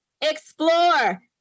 explore